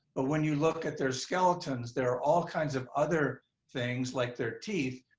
but when you look at their skeletons, there are all kinds of other things like their teeth,